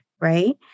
right